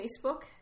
Facebook